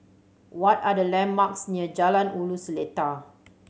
what are the landmarks near Jalan Ulu Seletar